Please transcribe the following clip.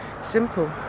simple